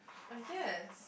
I guess